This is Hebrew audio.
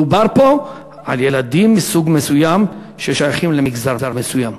מדובר פה על ילדים מסוג מסוים ששייכים למגזר מסוים,